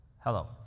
Hello